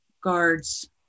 guards